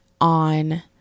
on